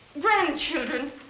grandchildren